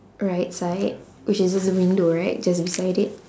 right side which is just a window right just beside it